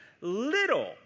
little